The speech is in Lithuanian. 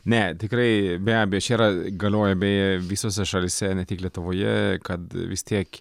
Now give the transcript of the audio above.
ne tikrai be abejo čia galioja beje visose šalyse ne tik lietuvoje kad vis tiek